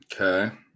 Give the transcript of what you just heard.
Okay